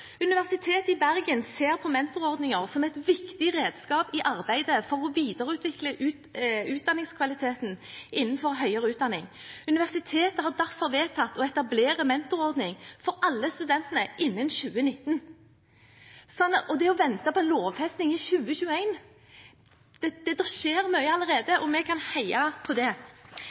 i Bergen ser på mentorordninger som et viktig redskap i arbeidet for å videreutvikle utdanningskvaliteten innenfor høyere utdanning. Universitetet har derfor vedtatt å etablere mentorordning for alle studentene innen 2019.» Så når det gjelder å vente på lovfesting til 2021: Det skjer mye allerede, og vi kan heie på det. Jeg vil til slutt kommentere litt den utfordringen vi fikk på det